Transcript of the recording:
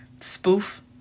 spoof